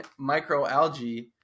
microalgae